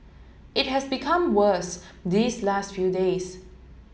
it has become worse these last few days